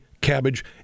cabbage